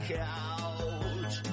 couch